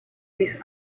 this